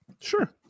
sure